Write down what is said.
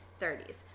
30s